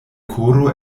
koro